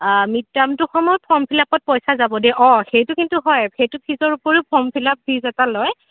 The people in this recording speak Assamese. মিড ট্ৰামটো সময়ত ফ্ৰৰ্ম ফিলাপত পইচা যাব দেই অঁ সেইটো কিন্তু হয় সেইটো ফিজৰ উপৰিও ফৰ্ম ফিলআপ ফিজ এটা লয়